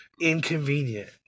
inconvenient